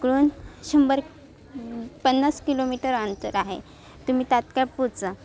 इकडून शंभर पन्नास किलोमीटर अंतर आहे तुम्ही तात्काळ पोचा